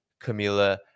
Camila